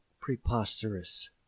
preposterous